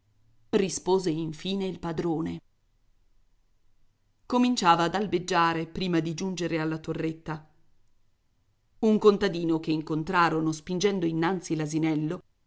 rispose infine il padrone cominciava ad albeggiare prima di giungere alla torretta un contadino che incontrarono spingendo innanzi